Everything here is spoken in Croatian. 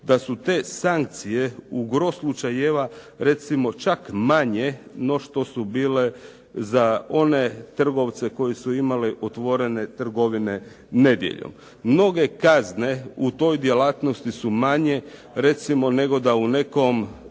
da su te sankcije u gro slučajeva recimo čak manje no što su bile za one trgovce koji su imali otvorene trgovine nedjeljom. Mnoge kazne u toj djelatnosti su manje recimo nego da u nekom